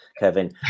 Kevin